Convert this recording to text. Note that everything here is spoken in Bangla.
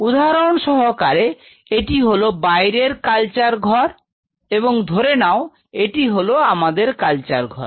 উদাহরণ সহকারে এটি হলো বাইরের কালচার ঘর এবং ধরে নাও এটি হলো আমাদের কালচার ঘর